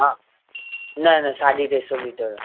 हा न न साढी टे सौ लीटर